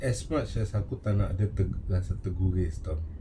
as much as aku tak nak dia ganggukan